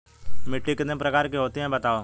मिट्टी कितने प्रकार की होती हैं बताओ?